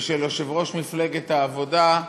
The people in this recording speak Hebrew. ושל יושב-ראש מפלגת העבודה,